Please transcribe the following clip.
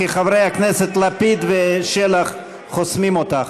כי חברי הכנסת לפיד ושלח חוסמים אותך.